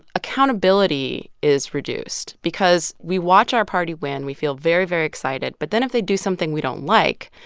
accountability is reduced because we watch our party win. we feel very, very excited. but then, if they do something we don't like,